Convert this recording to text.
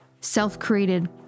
self-created